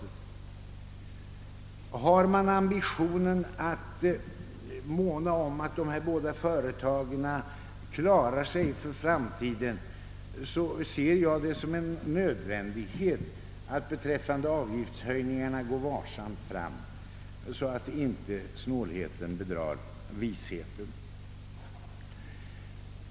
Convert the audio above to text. Har man ambitionen att måna om att dessa båda företag klarar sig för framtiden, är det enligt min mening en nödvändighet att beträffande avgiftshöj ningarna gå varsamt fram, så att inte snålheten bedrar visheten.